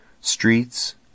streets